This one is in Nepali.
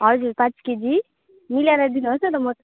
हजुर पाँच केजी मिलाएर दिनुहोस् न त म